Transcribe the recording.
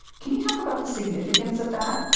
can you talk about the significance of that?